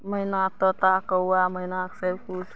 मैना तोता कौआ मैना सबकिछु